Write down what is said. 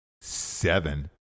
Seven